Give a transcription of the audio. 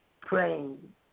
praying